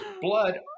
blood